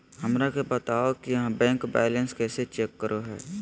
हमरा के बताओ कि बैंक बैलेंस कैसे चेक करो है?